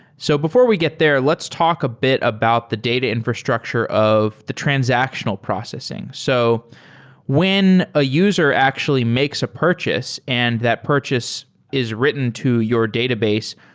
so before we get there, let's talk a bit about the data infrastructure of the transactional processing. so when a user actually makes a purchase and that purchase is written to your database,